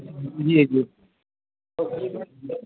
जी जी